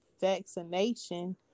vaccination